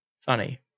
funny